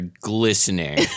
glistening